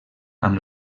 amb